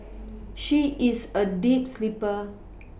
she is a deep sleeper